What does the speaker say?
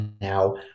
now